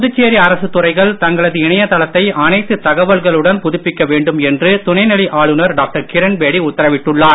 புதுச்சேரி அரசு துறைகள் தங்களது இணையதளத்தை அனைத்து தகவல்களுடன் புதுப்பிக்க வேண்டும் என்று துணைநிலை ஆளுநர் டாக்டர் கிரண்பேடி உத்தரவிட்டுள்ளார்